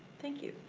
thank you.